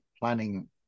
planning